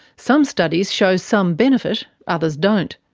some studies show some benefit, others don't.